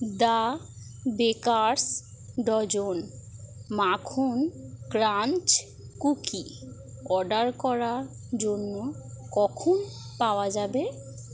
the bakers dozen মাখন crunch cookies order করার জন্য কখন পাওয়া যাবে